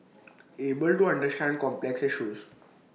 able to understand complex issues